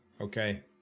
Okay